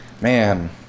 man